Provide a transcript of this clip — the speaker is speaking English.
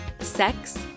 sex